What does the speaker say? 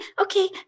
okay